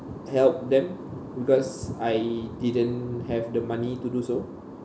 help them because I didn't have the money to do so